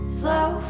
Slow